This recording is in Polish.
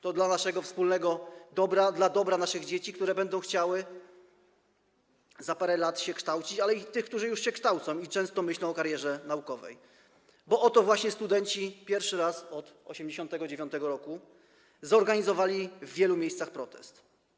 To dla naszego wspólnego dobra, dla dobra naszych dzieci, które będą chciały za parę lat się kształcić, ale i tych, którzy już się kształcą i myślą często o karierze naukowej, bo oto właśnie studenci pierwszy raz od 1989 r. zorganizowali w wielu miejscach protest.